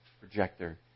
projector